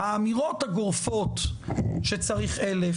שתי הקבוצות הלאומיות שחיות ביחד בתוך החברה